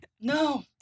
No